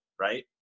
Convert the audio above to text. right